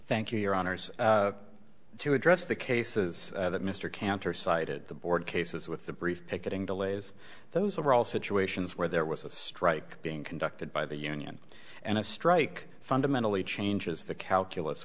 thank you your honors to address the cases that mr cantor cited the board cases with the brief picketing delays those are all situations where there was a strike being conducted by the union and a strike fundamentally changes the calculus